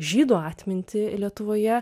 žydų atmintį lietuvoje